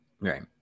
right